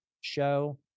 show